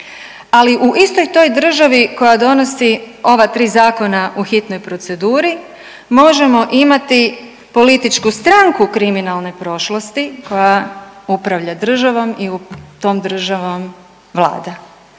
Ali u istoj toj državi koja donosi ova tri zakona u hitnoj proceduri možemo imati političku stranku kriminalne prošlosti koja upravlja državom i tom državom vlada.